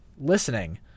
listening